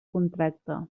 contracte